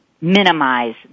minimize